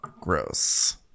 gross